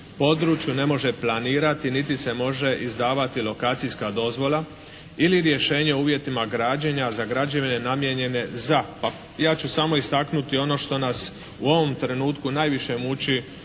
području ne može planirati niti se može izdavati lokacijska dozvola ili rješenje o uvjetima građenja za građevine namijenjene za, ja ću samo istaknuti ono što nas u ovom trenutku najviše muči